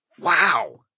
Wow